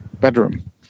bedroom